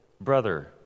Brother